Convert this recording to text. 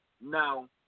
now